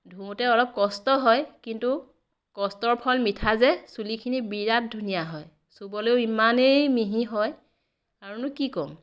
ধোওঁতে অলপ কষ্ট হয় কিন্তু কষ্টৰ ফল মিঠা যে চুলিখিনি বিৰাট ধুনীয়া হয় চুবলৈও ইমানেই মিহি হয় আৰুনো কি ক'ম